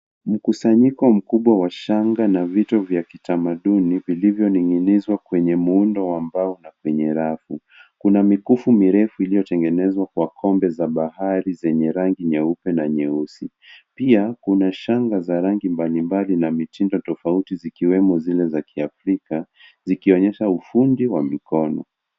Mkusanyiko mkubwa wa shanga na vitu vya kitamaduni vilivyoning'inizwa kwenye muundo wa mbao na kwenye rafu. Kuna mikufu mirefu iliyotengenezwa kwa kombe za bahari zenye rangi nyeupe na nyeusi. Pia kuna shanga za rangi mbalimbali na mitindo tofauti zikiwemo zile za kiafrika zikionyesha ufundi wa mikono.